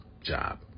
job